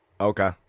Okay